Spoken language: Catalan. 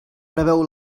preveu